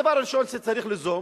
הדבר הראשון שצריך ליזום,